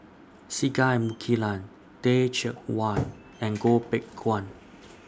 Singai Mukilan Teh Cheang Wan and Goh Beng Kwan